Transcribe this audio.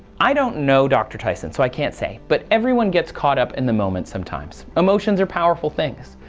i don't know dr. tyson. so i can't say but everyone gets caught up in the moment. sometimes emotions are powerful things.